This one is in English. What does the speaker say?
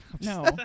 no